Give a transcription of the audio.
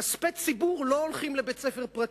כספי ציבור לא הולכים לבית-ספר פרטי,